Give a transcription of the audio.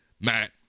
Matt